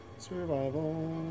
Survival